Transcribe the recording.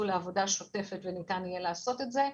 לעבודה שוטפת וניתן יהיה לעשות את זה.